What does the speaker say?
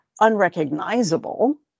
unrecognizable